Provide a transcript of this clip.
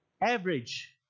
average